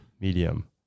Medium